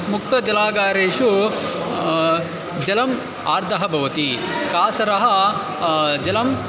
मुक्तजलागारेषु जलम् आर्द्रं भवति कासारस्य जलम्